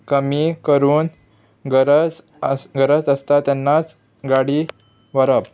कमी करून गरज आस गरज आसता तेन्नाच गाडी व्हरप